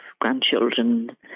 grandchildren